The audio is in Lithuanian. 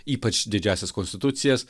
ypač didžiąsias konstitucijas